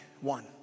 One